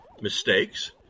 mistakes